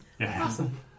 Awesome